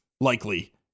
likely